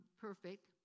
perfect